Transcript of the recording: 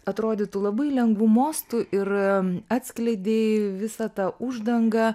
atrodytų labai lengvu mostu ir atskleidei visą tą uždangą